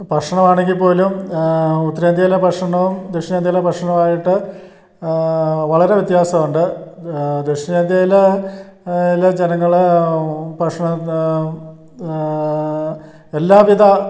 ഭക്ഷണമാണെങ്കിൽപ്പോലും ഉത്തരേന്ത്യയിലെ ഭക്ഷണവും ദക്ഷിണേന്ത്യയിലെ ഭക്ഷണവുമായിട്ട് വളരെ വ്യത്യാസം ഉണ്ട് ദക്ഷിണേന്ത്യയിലെ ജനങ്ങൾ ഭക്ഷണം എല്ലാവിധ